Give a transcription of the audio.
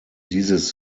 dieses